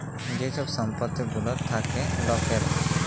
যে ছব সম্পত্তি গুলা থ্যাকে লকের